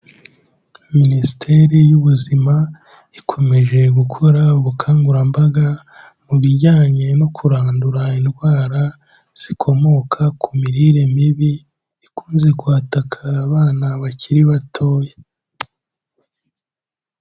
Minisiteri y'ubuzima ikomeje gukora ubukangurambaga mu bijyanye no kurandura indwara, zikomoka ku mirire mibi, ikunze kwataka abana bakiri batoya.